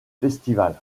festival